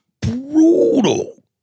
brutal